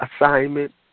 assignment